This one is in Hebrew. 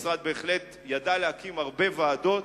המשרד בהחלט ידע להקים הרבה ועדות,